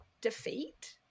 defeat